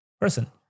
person